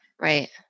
Right